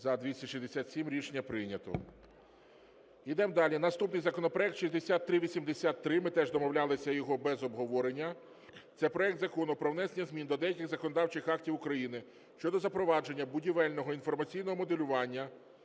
За-267 Рішення прийнято. Йдемо далі. Наступний законопроект – 6383. Ми теж домовлялися його без обговорення. Це проект Закону про внесення змін до деяких законодавчих актів України щодо запровадження будівельного інформаційного моделювання